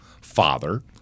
father